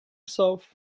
south